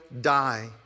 die